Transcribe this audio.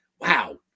Wow